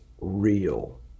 real